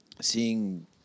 Seeing